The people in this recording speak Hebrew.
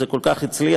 זה כל כך הצליח,